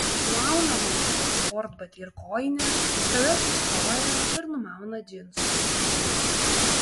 nuauna man kitą sportbatį ir kojinę tada atsistoja ir numauna džinsus